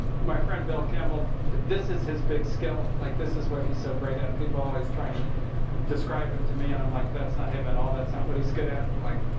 my friend, bill campbell. this is his big skill. like, this is what he's so great at. people always try and describe him to me. and i'm like, that's not him at all. that's not what he's good at. like,